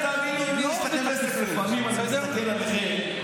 לפעמים אני מסתכל עליכם,